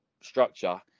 structure